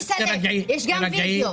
תסלף, יש גם וידאו.